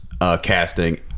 casting